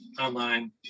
online